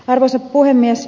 arvoisa puhemies